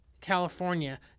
California